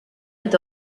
est